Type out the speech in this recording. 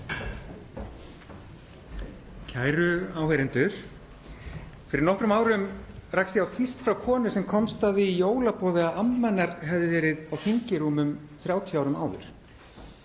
Kæru áheyrendur. Fyrir nokkrum árum rakst ég á tíst frá konu sem komst að því í jólaboði að amma hennar hefði verið á þingi rúmum 30 árum áður.